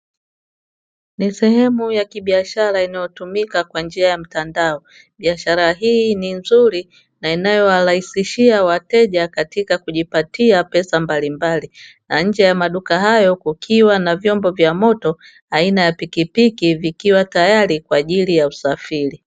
Ni sehemu ya kibiashara inayotumika kwa njia ya mtandao, biashara hii ni nzuri na inayowarahisishia wateja katika kujipatia pesa mbalimbali na nje ya maduka hayo kukiwa na vyombo vya moto aina ya pikipiki vikiwa tayari kwa ajili ya usafiri.